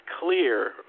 clear